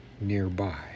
nearby